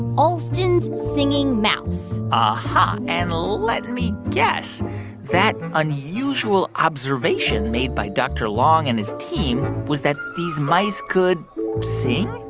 alston's singing mouse ah uh-huh. and let me guess that unusual observation made by dr. long and his team was that these mice could sing?